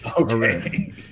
Okay